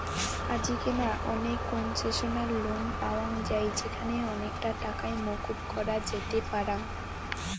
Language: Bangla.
আজিকেনা অনেক কোনসেশনাল লোন পাওয়াঙ যাই যেখানে অনেকটা টাকাই মকুব করা যেতে পারাং